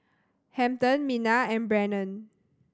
Hampton Minna and Brannon